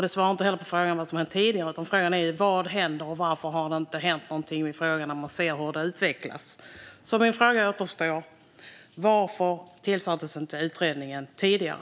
Det svarar inte heller på frågan om vad som har hänt tidigare, vad som händer nu och varför det inte har hänt något när man nu ser hur det utvecklas. Min fråga återstår alltså: Varför tillsattes inte utredningen tidigare?